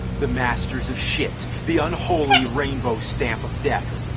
the masters of shit, the unholy rainbow stamp of death!